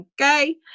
Okay